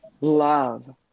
love